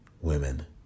women